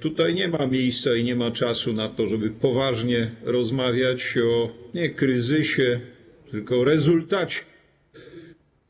Tutaj nie ma miejsca i nie ma czasu na to, żeby poważnie rozmawiać nie o kryzysie, tylko o rezultacie